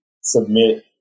submit